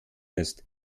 ist